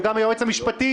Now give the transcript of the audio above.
וגם היועץ המשפטי,